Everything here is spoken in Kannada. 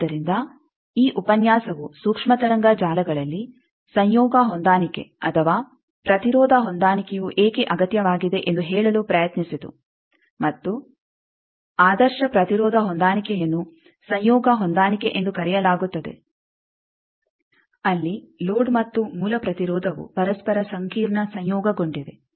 ಆದ್ದರಿಂದ ಈ ಉಪನ್ಯಾಸವು ಸೂಕ್ಷ್ಮ ತರಂಗ ಜಾಲಗಳಲ್ಲಿ ಸಂಯೋಗ ಹೊಂದಾಣಿಕೆ ಅಥವಾ ಪ್ರತಿರೋಧ ಹೊಂದಾಣಿಕೆಯು ಏಕೆ ಅಗತ್ಯವಾಗಿದೆ ಎಂದು ಹೇಳಲು ಪ್ರಯತ್ನಿಸಿತು ಮತ್ತು ಆದರ್ಶ ಪ್ರತಿರೋಧ ಹೊಂದಾಣಿಕೆಯನ್ನು ಸಂಯೋಗ ಹೊಂದಾಣಿಕೆ ಎಂದು ಕರೆಯಲಾಗುತ್ತದೆ ಅಲ್ಲಿ ಲೋಡ್ ಮತ್ತು ಮೂಲ ಪ್ರತಿರೋಧವು ಪರಸ್ಪರ ಸಂಕೀರ್ಣ ಸಂಯೋಗಗೊಂಡಿವೆ